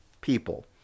people